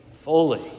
fully